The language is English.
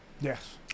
yes